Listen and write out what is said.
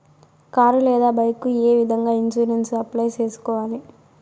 car లేదా bike ఏ విధంగా ఇన్సూరెన్సు అప్లై సేసుకోవాలి